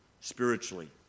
spiritually